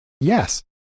Yes